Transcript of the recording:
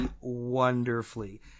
wonderfully